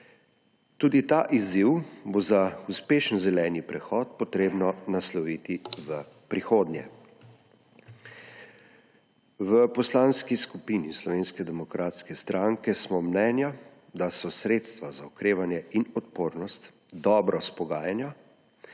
Tudi ta izziv bo za uspešen zeleni prehod potrebno nasloviti v prihodnje. V Poslanski skupini Slovenske demokratske stranke smo mnenja, da so sredstva za okrevanje in odpornost dobro izpogajana,